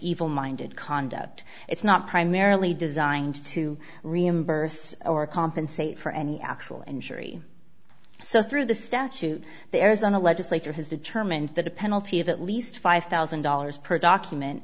evil minded conduct it's not primarily designed to reimburse or compensate for any actual injury so through the statute the arizona legislature has determined that a penalty of at least five thousand dollars per document